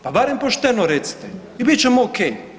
Pa barem pošteno recite i bit ćemo ok.